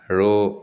আৰু